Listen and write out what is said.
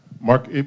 Mark